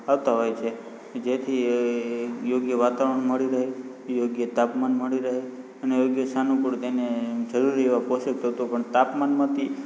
આવતા હોય છે જેથી યોગ્ય વાતાવરણ મળી રહે યોગ્ય તાપમાન મળી રહે યોગ્ય સાનુકૂળ તેને જરૂરી એવા પોષક તત્ત્વો પણ તાપમાનમાંથી